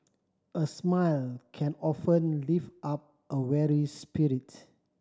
a smile can often lift up a weary spirits